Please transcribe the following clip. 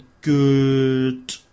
good